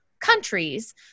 countries